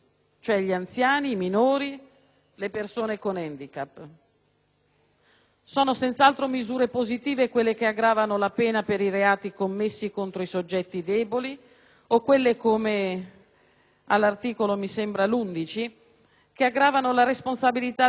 Sono senz'altro misure positive quelle che aggravano la pena per i reati commessi contro i soggetti deboli o quelle - come, ad esempio, la norma prevista all'articolo 10 - che aggravano la responsabilità delle persone maggiorenni che commettono reati con ragazzi minorenni.